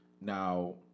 Now